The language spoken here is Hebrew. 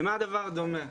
ולמה הדבר דומה.